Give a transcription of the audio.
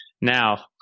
now